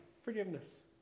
Forgiveness